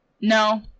No